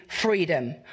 freedom